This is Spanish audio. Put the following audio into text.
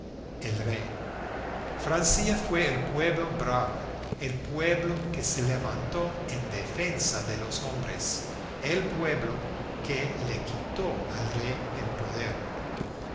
el rey francia fue el pueblo bravo el pueblo que se levantó en defensa de los hombres el pueblo que le quitó al rey el poder eso